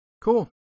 Cool